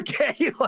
okay